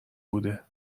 بوده